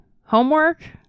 homework